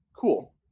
Cool